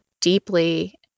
deeply